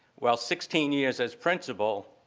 well, sixteen years as principal,